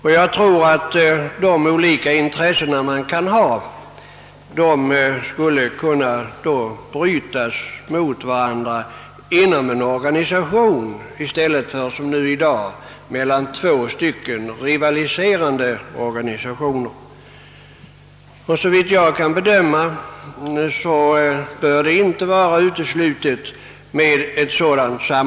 Likaså skulle de olika intressena kunna brytas mot varandra inom en organisation i stället för som nu mellan två rivaliserande organisationer. Ett sådant samarbete borde heller inte vara uteslutet, såvitt jag kan bedöma.